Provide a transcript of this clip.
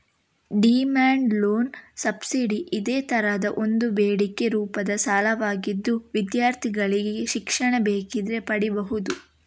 demand loan subsidy ಇದೇ ತರದ ಒಂದು ಬೇಡಿಕೆ ರೂಪದ ಸಾಲವಾಗಿದ್ದು ವಿದ್ಯಾರ್ಥಿಗಳಿಗೆ ಶಿಕ್ಷಣಕ್ಕೆ ಬೇಕಿದ್ರೆ ಪಡೀಬಹುದು